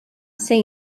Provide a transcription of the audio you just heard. ser